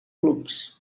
clubs